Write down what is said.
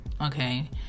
okay